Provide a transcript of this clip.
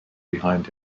behind